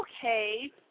okay